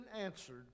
answered